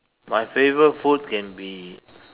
my favourite food can be